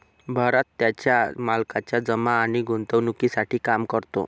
भरत त्याच्या मालकाच्या जमा आणि गुंतवणूकीसाठी काम करतो